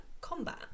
combat